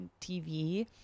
TV